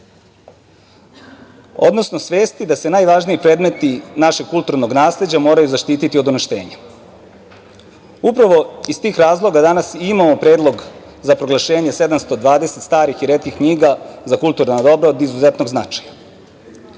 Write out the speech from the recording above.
odnosno svesti da se najvažniji predmeti našeg kulturnog nasleđa moraju zaštiti od uništenja. Upravo iz tih razloga danas imamo predlog za proglašenje 720 starih i retkih knjiga za kulturna dobra od izuzetnog značaja.